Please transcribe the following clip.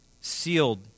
sealed